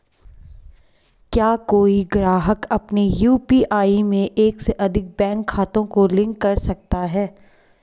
क्या कोई ग्राहक अपने यू.पी.आई में एक से अधिक बैंक खातों को लिंक कर सकता है?